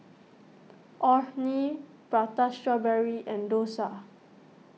Orh Nee Prata Strawberry and Dosa